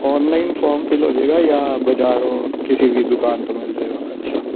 online form fill ਹੋ ਜਾਏਗਾ ਜਾਂ ਬਾਜ਼ਾਰੋਂ ਕਿਸੇ ਵੀ ਦੁਕਾਨ ਤੋਂ ਮਿਲ ਜਾਏਗਾ ਅੱਛਾ